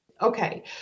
Okay